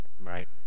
Right